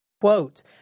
Quote